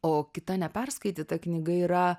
o kita neperskaityta knyga yra